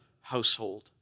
household